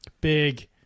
big